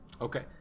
okay